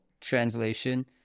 translation